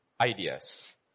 ideas